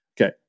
okay